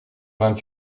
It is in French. vingt